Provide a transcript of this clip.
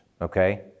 okay